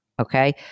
Okay